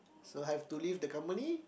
so I have to leave the company